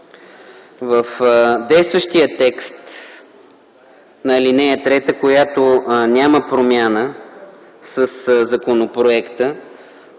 В действащия текст на ал. 3, която няма промяна със законопроекта,